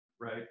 right